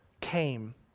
came